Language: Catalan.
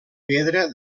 pedra